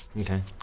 Okay